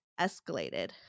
escalated